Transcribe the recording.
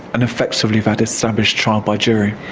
and effectively that established trial by jury.